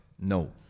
no